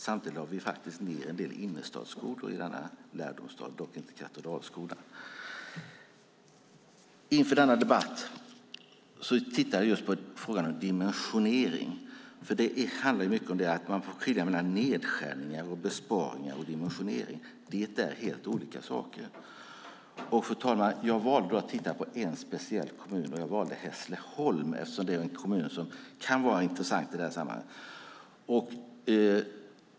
Samtidigt lade vi faktiskt ned en del innerstadsskolor i denna lärdomsstad, dock inte Katedralskolan. Inför denna debatt tittade jag just på frågan om dimensionering. Det handlar nämligen mycket om att man får skilja mellan nedskärningar, besparingar och dimensionering. Det är helt olika saker. Fru talman! Jag valde att titta på en speciell kommun, och jag valde Hässleholm eftersom det är en kommun som kan vara intressant i detta sammanhang.